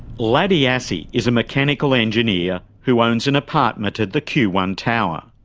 laddie assey is a mechanical engineer who owns an apartment at the q one tower.